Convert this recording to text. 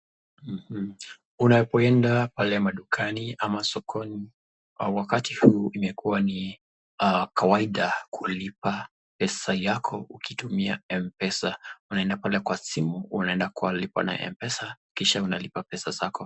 Unapoenda pale madukani ama sokoni, wakati huu imekuwa ni kawaida kulipa pesa yako ukitumia M-pesa. Unaenda pale kwa simu, unaenda kwa Lipa na M-pesa kisha unalioa pesa zako.